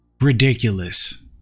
Ridiculous